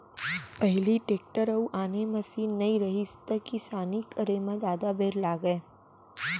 पहिली टेक्टर अउ आने मसीन नइ रहिस त किसानी करे म जादा बेर लागय